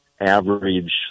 average